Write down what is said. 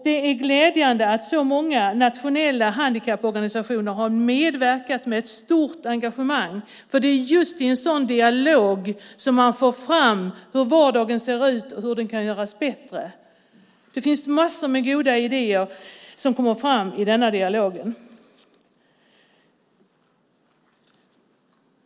Det är glädjande att så många nationella handikapporganisationer har medverkat med ett stort engagemang, för det är just i en sådan dialog som man får fram hur vardagen ser ut och hur den kan göras bättre. Det finns massor av goda idéer som kommer fram i denna dialog.